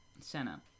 Senna